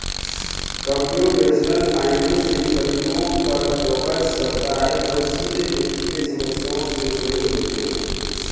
computational finance इन तरीकों पर फोकस करता है जो सीधे वित्तीय समस्याओं से जुड़े होते हैं